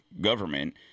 government